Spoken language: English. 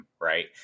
right